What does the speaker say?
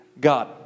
God